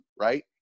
right